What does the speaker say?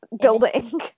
building